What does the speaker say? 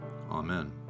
Amen